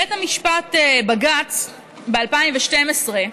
בית המשפט, בג"ץ, ב-2012,